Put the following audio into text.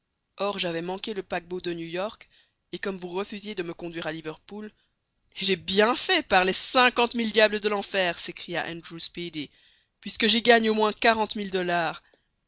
or j'avais manqué le paquebot de new york et comme vous refusiez de me conduire à liverpool et j'ai bien fait par les cinquante mille diables de l'enfer s'écria andrew speedy puisque j'y gagne au moins